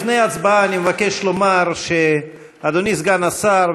לפני ההצבעה אני מבקש לומר שאדוני סגן השר,